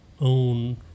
own